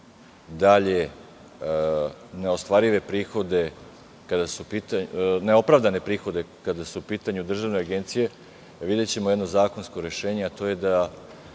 dalje neopravdane prihode kada su u pitanju državne agencije videćemo jedno zakonsko rešenje, a to je da